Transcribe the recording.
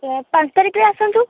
sir ପାଞ୍ଚ ତାରିଖରେ ଆସନ୍ତୁ